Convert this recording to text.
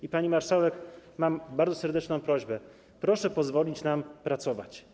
I, pani marszałek, mam bardzo serdeczną prośbę: proszę pozwolić nam pracować.